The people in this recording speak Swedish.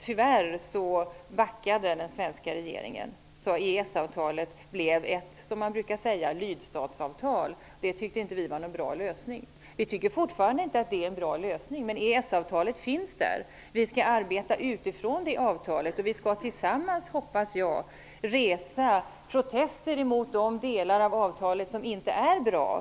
Tyvärr backade den svenska regeringen, så EES-avtalet blev ett lydstatsavtal -- som man brukar säga. Vi i Vänsterpartiet tyckte inte att det var någon bra lösning. Vi tycker fortfarande inte att det är någon bra lösning. Men EES-avtalet finns, och vi skall arbeta utifrån det avtalet. Vi skall tillsammans, hoppas jag, resa protester mot de delar av avtalet som inte är bra.